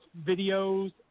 videos